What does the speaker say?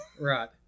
right